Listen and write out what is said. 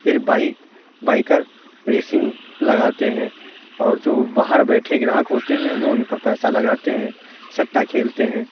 پھر bike biker racing لگاتے ہیں اور جو باہر بیٹھے گراہک ہوتے ہیں وہ اُن پر پیسہ لگاتے ہیں سٹّہ کھیلتے ہیں